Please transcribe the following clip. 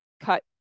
cut